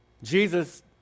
Jesus